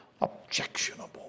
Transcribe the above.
objectionable